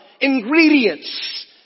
ingredients